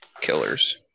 killers